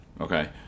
okay